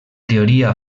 teoria